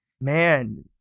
Man